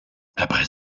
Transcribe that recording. après